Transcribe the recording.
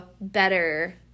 better